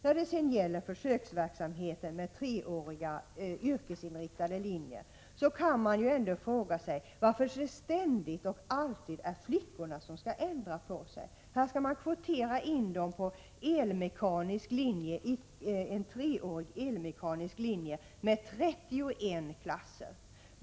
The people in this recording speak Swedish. När det sedan gäller försöksverksamheten med treåriga yrkesinriktade linjer kan man fråga sig varför det ständigt och alltid är flickorna som skall ändra på sig. Här skall man kvotera in dem på en treårig elmekanisk linje med 31 platser.